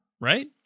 right